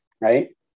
right